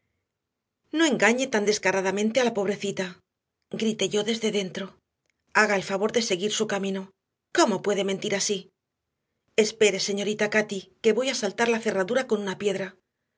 no engañe tan descaradamente a la pobrecita grité yo desde dentro haga el favor de seguir su camino cómo puede mentir así espere señorita cati que voy a saltar la cerradura con una piedra